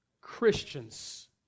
Christians